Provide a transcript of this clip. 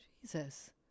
Jesus